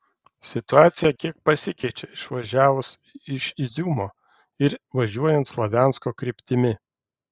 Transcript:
situacija kiek pasikeičia išvažiavus iš iziumo ir važiuojant slaviansko kryptimi